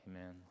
amen